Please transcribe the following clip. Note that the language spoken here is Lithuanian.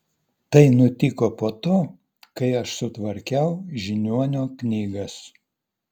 tai nutiko po to kai aš sutvarkiau žiniuonio knygas